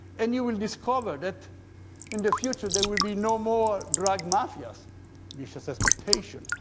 and you will discover that in the future there will be no more drug mafias misha's expectation.